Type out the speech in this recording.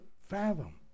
fathom